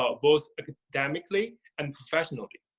ah both academically and professionally.